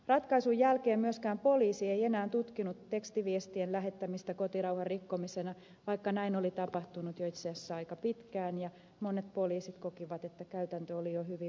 ratkaisun jälkeen myöskään poliisi ei enää tutkinut tekstiviestien lähettämistä kotirauhan rikkomisena vaikka näin oli tapahtunut jo itse asiassa aika pitkään ja monet poliisit kokivat että käytäntö oli jo hyvin vakiintunut